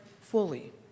fully